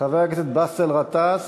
חבר הכנסת באסל גטאס,